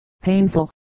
painful